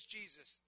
Jesus